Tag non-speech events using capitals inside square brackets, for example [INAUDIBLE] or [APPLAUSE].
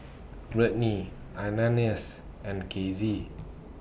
[NOISE] Brittnee Ananias and Kizzy